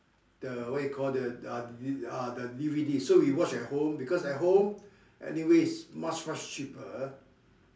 the what you call uh the D_V_D so we watch at home because at home anyways it is much much cheaper